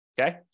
okay